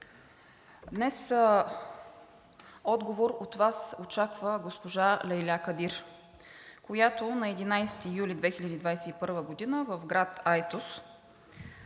днес отговор от Вас очаква госпожа Лейля Кадир, на която на 11 юли 2021 г. в град Айтос